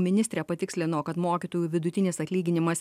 ministrė patikslino kad mokytojų vidutinis atlyginimas